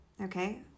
okay